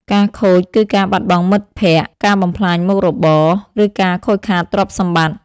ការ "ខូច" គឺការបាត់បង់មិត្តភ័ក្ដិ ការបំផ្លាញមុខរបរ ឬការខូចខាតទ្រព្យសម្បត្តិ។